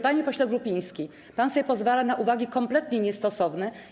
Panie pośle Grupiński, pan sobie pozwala na uwagi kompletnie niestosowne.